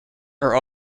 are